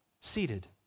seated